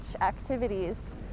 activities